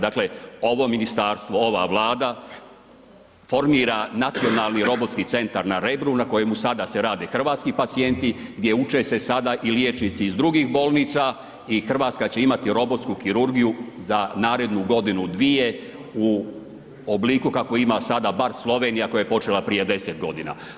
Dakle ovo ministarstvo, ova Vlada formira nacionalni robotski centar na Rebru na kojemu sada se rade hrvatski pacijenti, gdje uče se sada i liječnici iz drugih bolnica i Hrvatska će imati robotsku kirurgiju za narednu godinu dvije u obliku kakvu ima sada bar Slovenija koja je počela prije 10 godina.